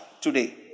today